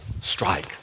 strike